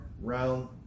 round